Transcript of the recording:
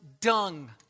dung